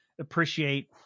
appreciate